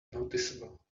noticeable